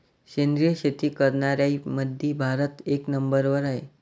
सेंद्रिय शेती करनाऱ्याईमंधी भारत एक नंबरवर हाय